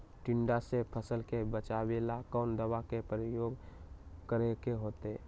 टिड्डा से फसल के बचावेला कौन दावा के प्रयोग करके होतै?